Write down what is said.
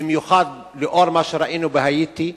במיוחד לאור מה שראינו בהאיטי,